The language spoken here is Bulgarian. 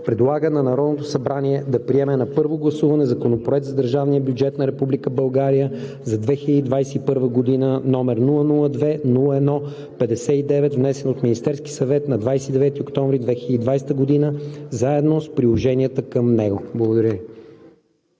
предлага на Народното събрание да приеме на първо гласуване Законопроект за държавния бюджет на Република България за 2021 г., № 002-01-59, внесен от Министерския съвет на 29 октомври 2020 г., заедно с приложенията към него.“ Благодаря